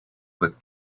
with